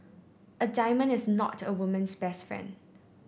a diamond is not a woman's best friend